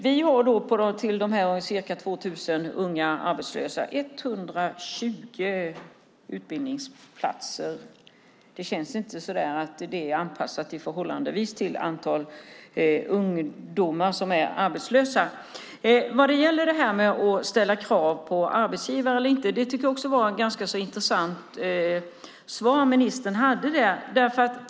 Vi har till de ca 2 000 unga arbetslösa 120 utbildningsplatser. Det känns inte förhållandevis som att det är anpassat till det antal ungdomar som är arbetslösa. Vad gäller detta med att ställa krav på arbetsgivare eller inte var det ett ganska så intressant svar som ministern hade.